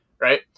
right